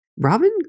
Robin